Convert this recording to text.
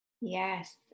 yes